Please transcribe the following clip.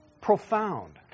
profound